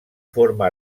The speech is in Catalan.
forma